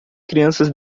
crianças